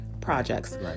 projects